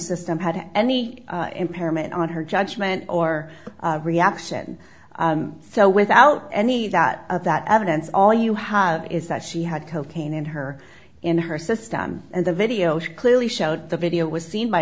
system had any impairment on her judgment or reaction so without any that that evidence all you have is that she had cocaine in her in her system and the video clearly showed the video was seen by